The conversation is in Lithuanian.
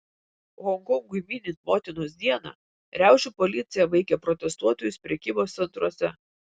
honkongui minint motinos dieną riaušių policija vaikė protestuotojus prekybos centruose